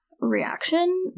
reaction